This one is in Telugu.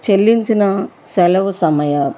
చెల్లించిన సెలవు సమయాలు